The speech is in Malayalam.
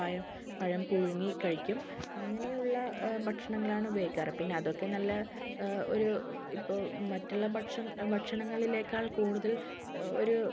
പയം പഴം പുഴുങ്ങി കഴിക്കും അങ്ങനെയുള്ള ഭക്ഷണങ്ങളാണ് ഉപയോഗിക്കാറ് പിന്നെ അതൊക്കെ നല്ല ഒരു ഇപ്പം മറ്റുള്ള ഭക്ഷണ ഭക്ഷണങ്ങളിലെക്കാൾ കൂടുതൽ ഒരു